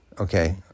okay